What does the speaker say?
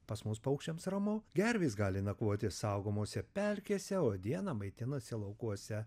pas mus paukščiams ramu gervės gali nakvoti saugomose pelkėse o dieną maitinasi laukuose